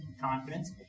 Confidence